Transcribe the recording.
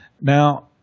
Now